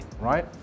right